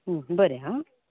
बरें हां